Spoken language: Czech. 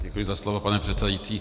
Děkuji za slovo, pane předsedající.